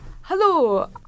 hello